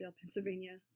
Pennsylvania